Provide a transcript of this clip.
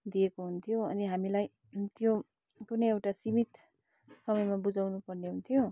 दिएको हुन्थ्यो अनि हामीलाई थिम कुनै एउटा सीमित समयमा बुझाउनुपर्ने हुन्थ्यो